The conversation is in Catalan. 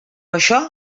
això